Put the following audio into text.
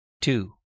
two